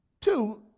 two